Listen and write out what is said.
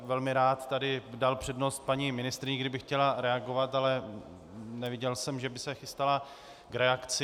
Velmi rád bych dal přednost tady paní ministryni, kdyby chtěla reagovat, ale neviděl jsem, že by se chystala k reakci.